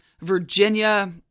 Virginia